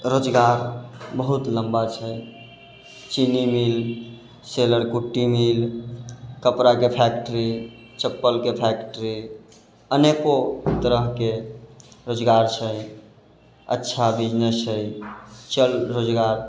रोजगार बहुत लम्बा छै चीनी मील सेलरकुट्टी मील कपड़ाके फैक्टरी चप्पलके फैक्टरी अनेको तरहके रोजगार छै अच्छा बिजनेस छै चल रोजगार